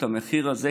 את המחיר הזה,